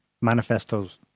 manifestos